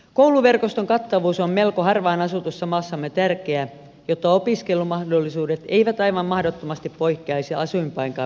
kouluverkoston kattavuus on melko harvaan asutussa maassamme tärkeä jotta opiskelumahdollisuudet eivät aivan mahdottomasti poikkeaisi asuinpaikan perusteella